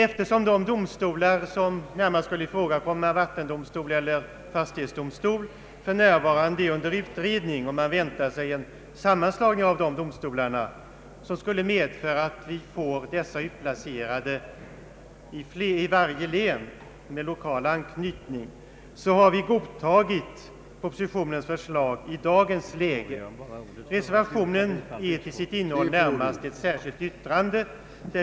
Eftersom de domstolar som närmast skulle komma i fråga, vattendomstol eller fastighetsdomstol, för närvarande är under utredning och man väntar sig en sammanslagning av dessa domstolar vilken skulle medföra att de blir utplacerade i varje län och får lokal anknytning, har vi emellertid godtagit propositionens förslag i dagens läge. Reservationen är till sitt innehåll närmast ett särskilt yttrande.